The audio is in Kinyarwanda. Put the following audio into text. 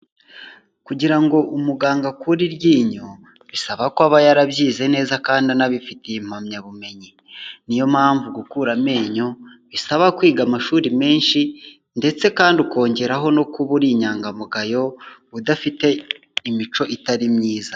Kugira ngo umuganga akure iryinyo, bisaba ko aba yarabyize neza kandi anabifitiye impamyabumenyi, ni yo mpamvu gukura amenyo bisaba kwiga amashuri menshi, ndetse kandi ukongeraho no kuba uri inyangamugayo, udafite imico itari myiza.